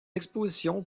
expositions